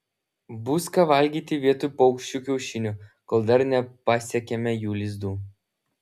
bus ką valgyti vietoj paukščių kiaušinių kol dar nepasiekėme jų lizdų